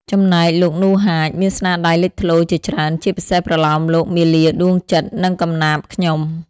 ចំំណែកលោក នូ ហាច មានស្នាដៃលេចធ្លោជាច្រើន ជាពិសេសប្រលោមលោក មាលាដួងចិត្ត និងកំណាព្យ ខ្ញុំ។